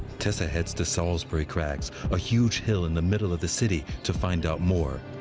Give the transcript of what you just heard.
tessa heads to salisbury crags a huge hill in the middle of the city to find out more.